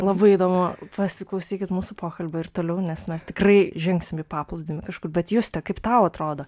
labai įdomu pasiklausykit mūsų pokalbio ir toliau nes mes tikrai žengsim į paplūdimį kažkur bet juste kaip tau atrodo